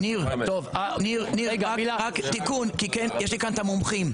ניר, תיקון כי יש לי כאן את המומחים.